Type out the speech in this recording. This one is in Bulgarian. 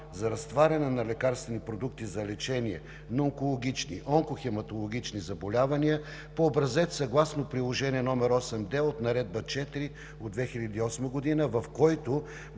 за разтваряне на лекарствени продукти за лечение на онкологични/онкохематологични заболявания по образец съгласно Приложение № 8д от Наредба № 4 от 2008 г., в който